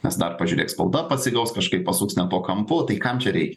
nes dar pažiūrėk spauda pasigaus kažkaip pasuks ne tuo kampu tai kam čia reikia